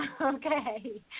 Okay